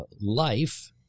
life